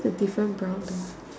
different brown door